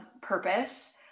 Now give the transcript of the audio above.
purpose